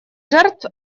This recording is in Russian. жертв